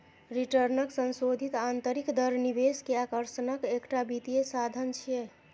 रिटर्नक संशोधित आंतरिक दर निवेश के आकर्षणक एकटा वित्तीय साधन छियै